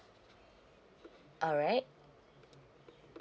alright